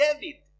David